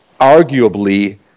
arguably